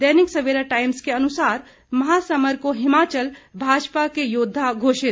दैनिक Savera Times के अनुसार महासमर को हिमाचल भाजपा के योद्वा घोषित